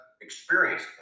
experience